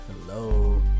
Hello